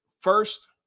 first